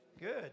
Good